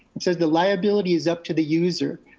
it says the liability is up to the user.